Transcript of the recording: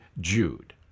Jude